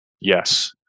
Yes